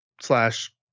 slash